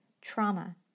trauma